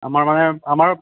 আমাৰ মানে আমাৰ